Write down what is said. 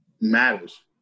matters